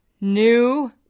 New